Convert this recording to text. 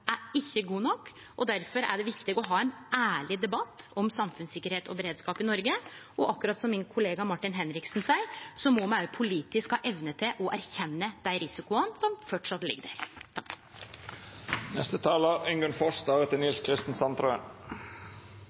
er ikkje god nok. Difor er det viktig å ha ein ærleg debatt om samfunnssikkerheit og beredskap i Noreg, og akkurat som min kollega Martin Henriksen seier, må me òg politisk ha evne til å erkjenne dei risikoane som framleis ligg der.